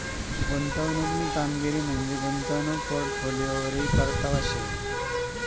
गुंतवणूकनी कामगिरी म्हंजी गुंतवणूक पोर्टफोलिओवरी परतावा शे